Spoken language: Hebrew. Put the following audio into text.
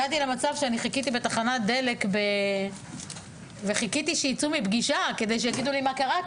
הגעתי למצב שחיכיתי בתחנת דלק כדי שיצאו מפגישה כדי שיגידו לי מה קרה.